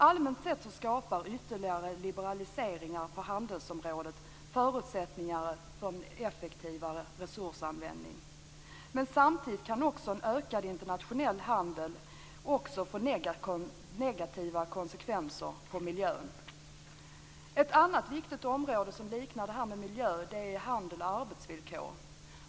Allmänt sett skapar ytterligare liberaliseringar på handelsområdet förutsättningar för en effektivare resursanvändning. Samtidigt kan en ökad internationell handel också få negativa konsekvenser på miljön. Ett annat viktigt område som liknar miljön är handel och arbetsvillkor.